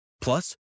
Plus